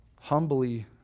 humbly